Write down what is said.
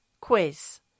quiz